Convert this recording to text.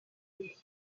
dérive